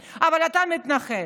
אשכנזי, אבל אתה מתנחל.